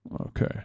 Okay